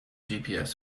gps